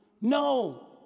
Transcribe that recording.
No